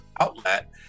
outlet